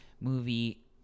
movie